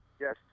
Yes